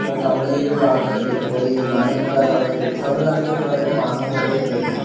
town ഏരിയകളിലുള്ള ആൾകാര് അതുപോലെ ഈ മാങ്ങ കിട്ടാത്ത ആൾക്കാര് ഇപ്പോൾ തമിഴ്നാട്ടിലൊക്കെയെന്ന് പറയുമ്പോൾ മാങ്ങ കുറേ കേറി പോണുണ്ട്